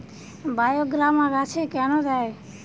বায়োগ্রামা গাছে কেন দেয়?